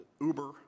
Uber